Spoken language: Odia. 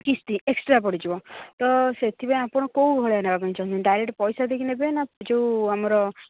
କିସ୍ତି ଏକ୍ସଟ୍ରା ପଡ଼ିଯିବ ତ ସେଥିପାଇଁ ଆପଣ କେଉଁ ଭଳିଆ ନେବାପାଇଁ ଚାହୁଁଛନ୍ତି ଡାଇରେକ୍ଟ ପଇସା ଦେଇକି ନେବେ ନା ଯେଉଁ ଆମର